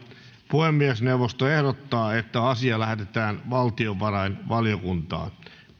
puhemiesneuvosto ehdottaa että asia lähetetään valtiovarainvaliokuntaan